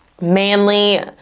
manly